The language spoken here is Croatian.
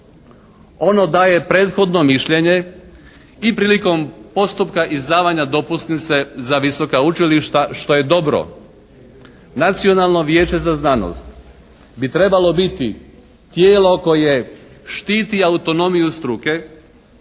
Ono daje prethodno mišljenje i prilikom postupka izdavanja dopusnice za visoka učilišta, što je dobro. Nacionalno vijeće za znanost bi trebalo biti tijelo koje štiti autonomiju struke.